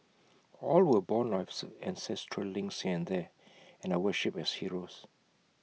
all were born or ancestral links there and worshipped as heroes